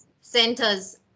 centers